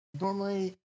Normally